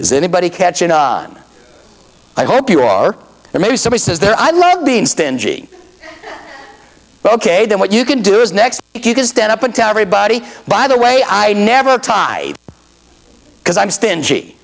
is anybody catching on i hope you or maybe somebody says that i love being stingy ok then what you can do is next you can stand up and tell everybody by the way i never tie because i'm stingy